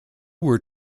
were